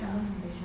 ya